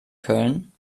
köln